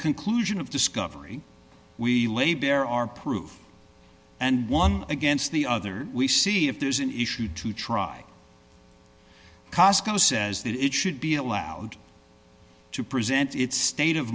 conclusion of discovery we laid bare our proof and one against the other we see if there's an issue to try cosco says that it should be allowed to present its state of